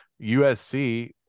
USC